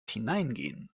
hineingehen